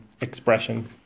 expression